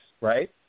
right